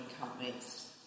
companies